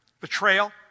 betrayal